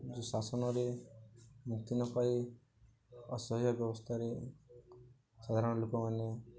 ଯେଉଁ ଶାସନରେ ମୁକ୍ତି ନ ପାଇ ଅସହାୟ ବ୍ୟବସ୍ଥାରେ ସାଧାରଣ ଲୋକମାନେ